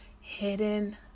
hidden